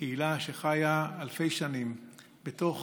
קהילה שחיה אלפי שנים בתוך